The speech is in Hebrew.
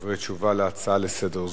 דברי תשובה להצעה לסדר זו,